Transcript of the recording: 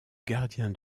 gardien